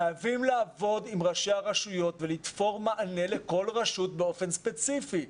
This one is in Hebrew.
חייבים לעבוד עם ראשי הרשויות ולתפור מענה לכל רשות באופן ספציפי.